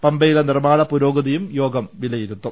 പമ്പയിലെ നിർമാണ പുരോഗ്തിയും യോഗം വിലയിരുത്തും